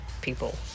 people